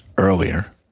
earlier